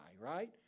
right